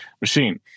machine